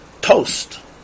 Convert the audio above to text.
Toast